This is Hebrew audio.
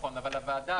אבל הוועדה,